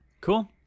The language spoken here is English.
Cool